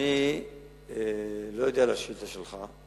אני לא יודע על השאילתא שלך.